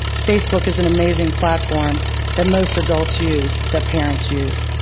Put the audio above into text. facebook is an amazing platform that most adults use, that parents use.